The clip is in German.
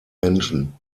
menschen